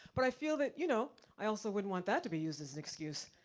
but i feel that, you know i also wouldn't want that to be used as an excuse.